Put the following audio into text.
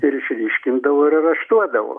ir išryškindavo ir areštuodavo